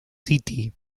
city